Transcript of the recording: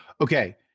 okay